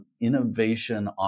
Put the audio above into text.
innovation